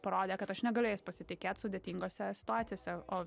parodė kad aš negaliu jais pasitikėt sudėtingose situacijose o